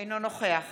אינו נוכח